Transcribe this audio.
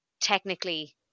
technically